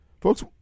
folks